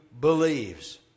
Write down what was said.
believes